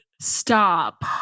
Stop